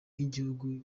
nk’igihugu